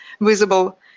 visible